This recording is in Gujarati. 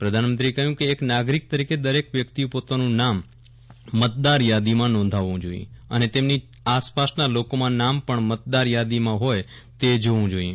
પ્રધાનમંત્રીએ કહયું કે એક નાગરીક તરીકે દરેક વ્યકિતએ પોતાનું નામ મતદાર યાદીમાં નોંધાવવું જોઈએ અને તેમની આસપાસના લોકોમાં નામ પણ મતદાર યાદીમાં હોય તે જોવુ જોઈએ